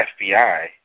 FBI